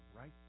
right